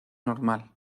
normal